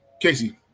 Casey